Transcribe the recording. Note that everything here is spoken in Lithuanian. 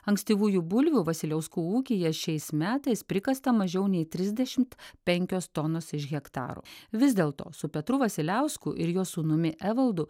ankstyvųjų bulvių vasiliauskų ūkyje šiais metais prikasta mažiau nei trisdešimt penkios tonos iš hektaro vis dėlto su petru vasiliausku ir jo sūnumi evaldu